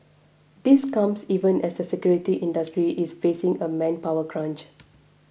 this comes even as the security industry is facing a manpower crunch